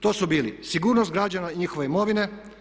To su bili sigurnost građana i njihove imovine.